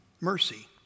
mercy